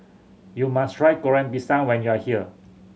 you must try Goreng Pisang when you are here